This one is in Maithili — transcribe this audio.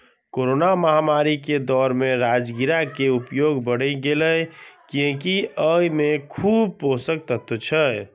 कोरोना महामारी के दौर मे राजगिरा के उपयोग बढ़ि गैले, कियैकि अय मे खूब पोषक तत्व छै